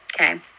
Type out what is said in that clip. Okay